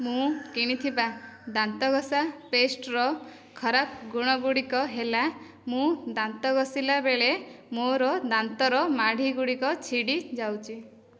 ମୁଁ କିଣିଥିବା ଦାନ୍ତ ଘସା ପେଷ୍ଟର ଖରାପ ଗୁଣ ଗୁଡ଼ିକ ହେଲା ମୁଁ ଦାନ୍ତ ଘଷିଲା ବେଳେ ମୋର ଦାନ୍ତର ମାଢ଼ି ଗୁଡ଼ିକ ଛିଡ଼ିଯାଉଛି